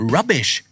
Rubbish